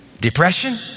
depression